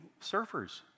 surfers